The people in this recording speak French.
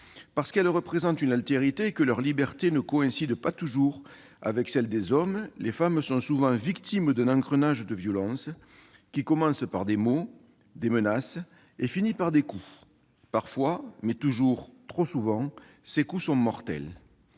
Parce qu'elles représentent une altérité et que leur liberté ne coïncide pas toujours avec celle des hommes, les femmes sont souvent victimes d'un engrenage de violence, qui commence par des mots, des menaces et finit par des coups. Parfois, mais toujours trop souvent, ces coups sont mortels.